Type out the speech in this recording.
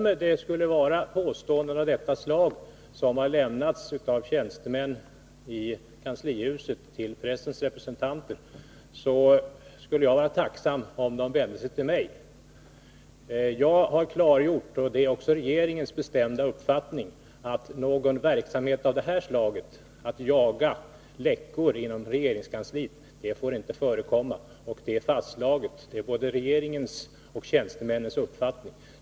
Herr talman! Om påståenden av detta slag har lämnats av tjänstemän i kanslihuset till pressens representanter, skulle jag vara tacksam om de vände sig till mig. Jag har klargjort att någon jakt efter ”läckor” inom regeringskansliet inte får förekomma. Det är fastslaget, och det är både regeringens och tjänstemännens uppfattning.